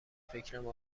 فکرم